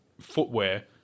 footwear